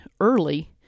early